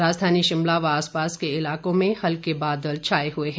राजधानी शिमला व आसपास के इलाकों में हल्के बादल छाए हुए हैं